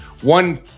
One